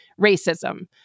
racism